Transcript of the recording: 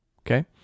Okay